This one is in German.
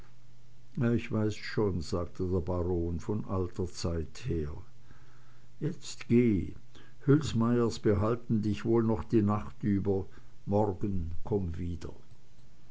ich weiß schon sagte der baron von alter zeit her jetzt geh hülsmeyers behalten dich wohl noch die nacht über morgen komm wieder